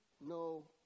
no